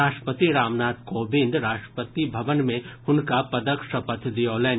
राष्ट्रपति रामनाथ कोविंद राष्ट्रपति भवन मे हुनका पदक शपथ दियौलनि